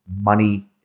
money